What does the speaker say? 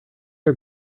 are